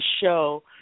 show